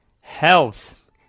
Health